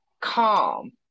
calm